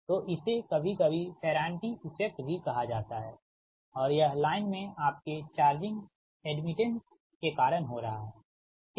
तो इसे कभी कभी फेरांटी इफ़ेक्ट भी कहा जाता है और यह लाइन में आपके चार्जिंग एड्मिटेंस के कारण हो रहा हैठीक